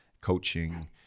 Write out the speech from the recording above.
coaching